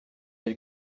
elle